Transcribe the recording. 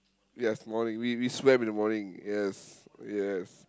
yes morning we we swam in the morning yes yes